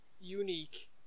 unique